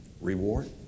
reward